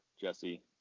Jesse